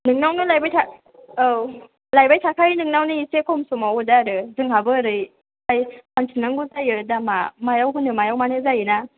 नोंनावनो लायबाय औ लायबाय थाखायो नोंनावनो एसे खम समाव होदो आरो जोंहाबो ओरै फानफिननांगौ जायो दामआ मायाव होनो मायाव मानो जायोना